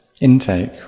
intake